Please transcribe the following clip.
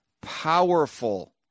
powerful